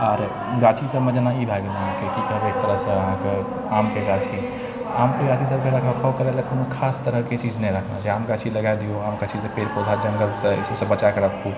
आर गाछी सबमे जेना ई भए गेल अहाँके की कही एक तरहसँ अहाँके आमके गाछी आमके गाछी सब खास तरहके चीज नहि राखने छै आम गाछी लगाए दियौ आम गाछी लगाए दियौ पेड़ पौधा जंगल सब बचाके राखु